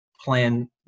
plan